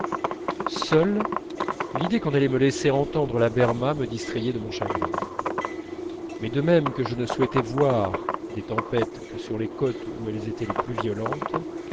seule l'idée qu'on allait me laisser entendre la berma me distrayait de mon chagrin mais de même que je ne souhaitais voir des tempêtes que sur les côtes où elles étaient les plus violentes